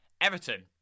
Everton